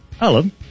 Alan